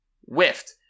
whiffed